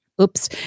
Oops